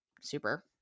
super